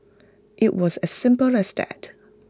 IT was as simple as that